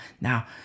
Now